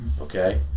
okay